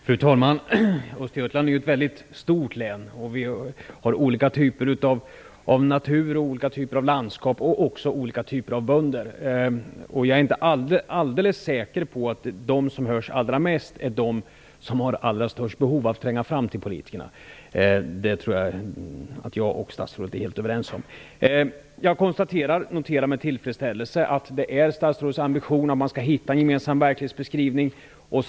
Fru talman! Östergötland är ett mycket stort län. Vi har olika typer av natur, olika typer av landskap och också olika typer av bönder. Jag är inte alldeles säker på att de som hörs allra mest är de som har störst behov av att nå fram till politikerna. Jag tror att statsrådet och jag är helt överens om det. Jag noterar med tillfredsställelse att det är statsrådets ambition att man skall hitta en gemensam verklighetsbeskrivning.